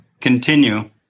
Continue